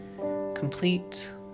Complete